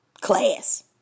class